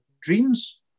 Dreams